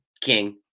king